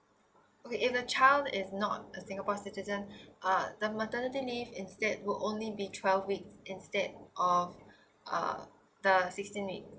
okay if the child is not a singapore citizen uh the maternity leave instead will only be twelve week instead of uh the sixteen weeks